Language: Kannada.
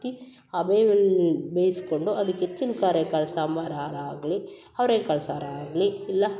ಹಬೆ ಬೇಯಿಸ್ಕೊಂಡು ಅದಕ್ಕೆ ಹೆಚ್ಚಿನ್ ಕಾರೆ ಕಾಳು ಸಾಂಬಾರು ಆರು ಆಗಲಿ ಅವ್ರೆ ಕಾಳು ಸಾರು ಆಗಲಿ ಇಲ್ಲ